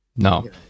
No